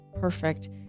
Perfect